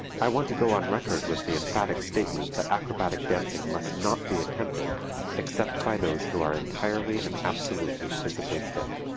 i want to go on record with the emphatic statement that acrobatic dancing must not be attempted except by those who are entirely and absolutely physically fit.